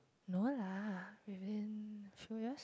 no lah within few years